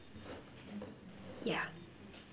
yeah